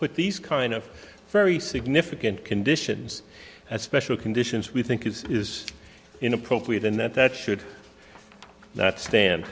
put these kind of very significant conditions at special conditions we think it is inappropriate and that that should not stand